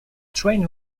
train